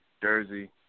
Jersey